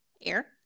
air